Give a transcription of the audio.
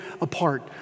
apart